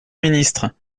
ministre